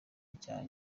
icyaha